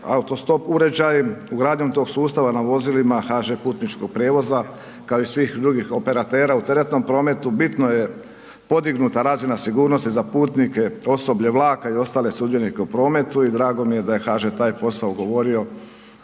auto-stop uređaj, ugradnjom tog sustava na vozilima HŽ-putničkog prijevoza kao i svih drugih operatera u teretnom prometu, bitno je podignut razinu sigurnosti za putnike, osoblje vlaka i ostale sudionike u prometu i drago mi je da je HŽ tak posao ugovorio